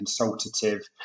consultative